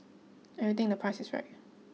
and we think the price is right